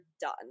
done